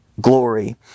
glory